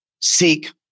Seek